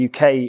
UK